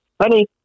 Honey